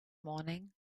morning